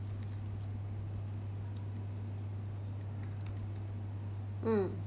mm